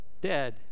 Dead